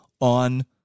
on